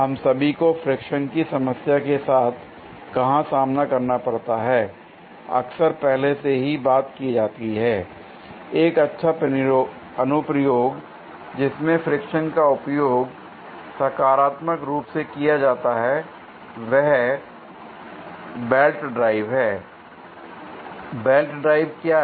हम सभी को फ्रिक्शन की समस्या के साथ कहां सामना करना पड़ता है अक्सर पहले से ही बात की जाती है l एक अच्छा अनुप्रयोग जिसमें फ्रिक्शन का उपयोग सकारात्मक रूप से किया जाता है वह बेल्ट ड्राइव है l बेल्ट ड्राइव क्या है